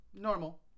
normal